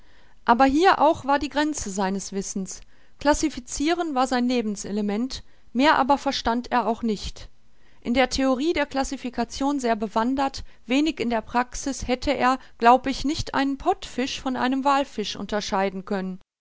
aber hier auch war die grenze seines wissens classificiren war sein lebenselement mehr aber verstand er auch nicht in der theorie der classification sehr bewandert wenig in der praxis hätte er glaub ich nicht einen pottfisch von einem wallfisch unterscheiden können